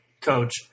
coach